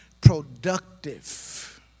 productive